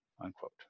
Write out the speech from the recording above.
Unquote